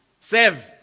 save